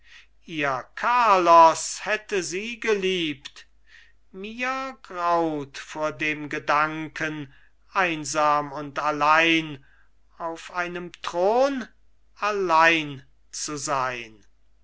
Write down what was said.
ihr carlos hätte sie geliebt mir graut vor dem gedanken einsam und allein auf einem thron allein zu sein